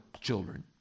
children